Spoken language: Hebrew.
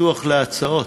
פתוח להצעות.